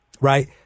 Right